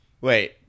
Wait